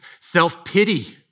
self-pity